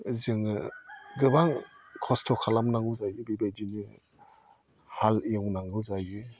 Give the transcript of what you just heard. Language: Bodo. जोङो गोबां खस्थ' खालाम नांगौ जायो बेबायदिनो हाल एवनांगौ जायो